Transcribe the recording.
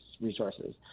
resources